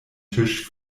tisch